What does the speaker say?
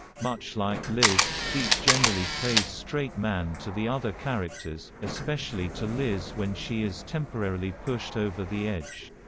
much like liz, pete generally plays straight man to the other characters, especially to liz when she is temporarily pushed over the edge.